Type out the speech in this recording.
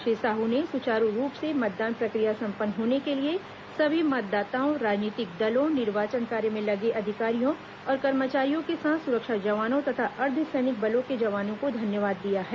श्री साह ने सुचारू रूप से मतदान प्रशिक्र या संपन्न होने के लिए सभी मतदाताओं राजनीतिक दलों निर्वाचन कार्य में लगे अधिकारियों और कर्मचारियों के साथ सुरक्षा जवानों तथा अर्द्व सैनिक बलों के जवानों को धन्यवाद दिया है